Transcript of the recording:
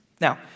Now